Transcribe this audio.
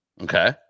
Okay